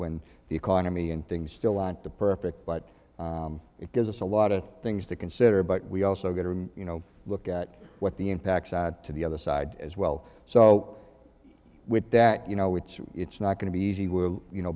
when the economy and things still aren't the perfect but it gives us a lot of things to consider but we also get to you know look at what the impacts are to the other side as well so with that you know it's not going to be easy we'll you know